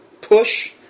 push